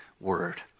word